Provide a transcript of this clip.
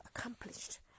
accomplished